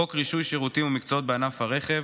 חוק רישוי שירותים ומקצועות בענף הרכב.